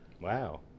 Wow